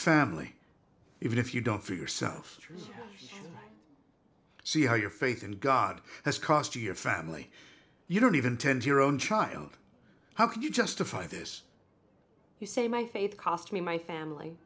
family even if you don't for yourself see how your faith in god has cost you your family you don't even tend your own child how can you justify this you say my faith cost me my family